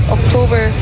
October